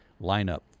lineup